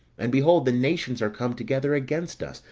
and behold the nations are come together against us,